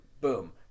Boom